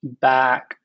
back